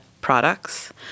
products